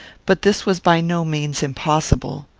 but this was by no means impossible.